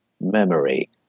memory